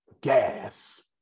Gas